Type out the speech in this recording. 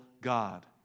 God